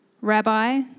Rabbi